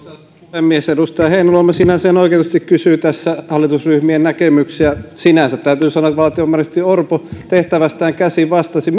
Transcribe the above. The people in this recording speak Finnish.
puhemies edustaja heinäluoma sinänsä ihan oikeutetusti kysyi tässä hallitusryhmien näkemyksiä täytyy sanoa että valtiovarainministeri orpo tehtävästään käsin vastasi